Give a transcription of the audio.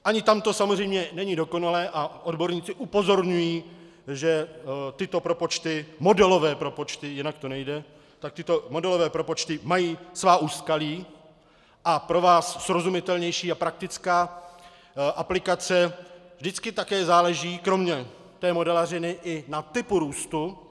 Ani tam to samozřejmě není dokonalé a odborníci upozorňují, že tyto propočty, modelové propočty, jinak to nejde, mají svá úskalí, a pro vás srozumitelnější a praktická aplikace vždycky také záleží, kromě té modelařiny, i na typu růstu.